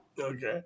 Okay